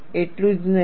એટલું જ નહીં